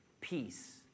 peace